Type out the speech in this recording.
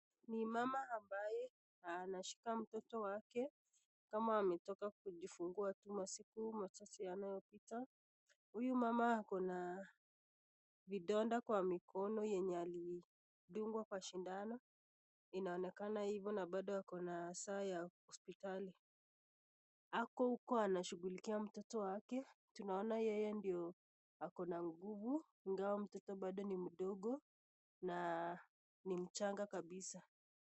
Ni mama ambaye anashika mtoto wake kama ametoka kujifungua tu masiku machache yanayopita. Huyu mama ako na vidonda kwa mikono yenye alidungwa kwa shindano. Inaonekana hivyo na bado ako na saa ya hospitali. Ako huko anashughulikia mtoto wake. Tunaona yeye ndio ako na nguvu ingawa mtoto bado ni mdogo na ni mchanga kabisa.